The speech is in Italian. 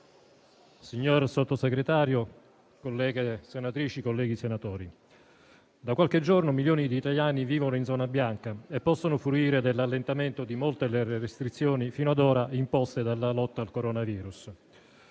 signor Sottosegretario, colleghe senatrici e colleghi senatori, da qualche giorno milioni di italiani vivono in zona bianca e possono fruire dell'allentamento di molte delle restrizioni fino ad ora imposte dalla lotta al coronavirus.